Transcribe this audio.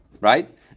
Right